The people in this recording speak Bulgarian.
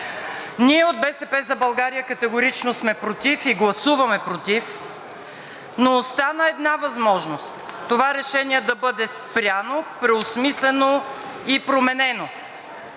Ние от „БСП за България“ категорично сме против и гласуваме против, но остана една възможност – това решение да бъде спряно, преосмислено и променено.